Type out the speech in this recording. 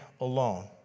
alone